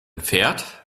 pferd